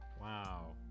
wow